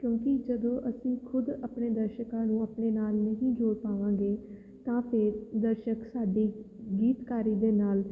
ਕਿਉਂਕਿ ਜਦੋਂ ਅਸੀਂ ਖੁਦ ਆਪਣੇ ਦਰਸ਼ਕਾਂ ਨੂੰ ਆਪਣੇ ਨਾਲ ਨਹੀਂ ਜੋੜ ਪਾਵਾਂਗੇ ਤਾਂ ਫੇਰ ਦਰਸ਼ਕ ਸਾਡੀ ਗੀਤਕਾਰੀ ਦੇ ਨਾਲ